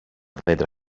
δέντρα